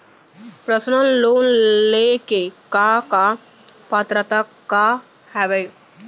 Personal loan ले के का का पात्रता का हवय?